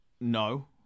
No